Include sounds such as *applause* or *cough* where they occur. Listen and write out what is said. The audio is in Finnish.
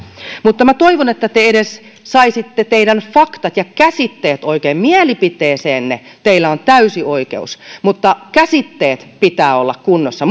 toivon että te edes saisitte faktat ja käsitteet oikein mielipiteeseenne teillä on täysi oikeus mutta käsitteiden pitää olla kunnossa *unintelligible*